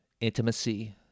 intimacy